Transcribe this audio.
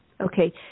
Okay